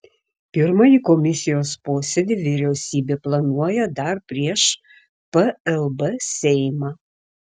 pirmąjį komisijos posėdį vyriausybė planuoja dar prieš plb seimą